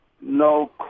No